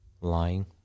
Lying